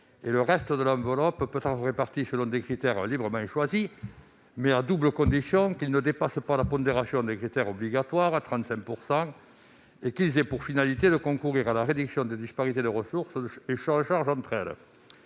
le reste pouvant être réparti selon des critères librement choisis, à la double condition que ceux-ci ne dépassent pas la pondération des critères obligatoires à 35 % et qu'ils aient pour finalité de concourir à la réduction des disparités de ressources et de charges entre les